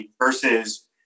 versus